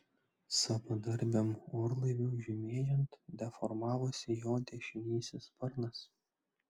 savadarbiam orlaiviui žemėjant deformavosi jo dešinysis sparnas